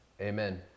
Amen